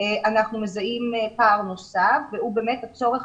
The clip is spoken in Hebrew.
אנחנו מזהים פער נוסף והוא באמת הצורך